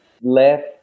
left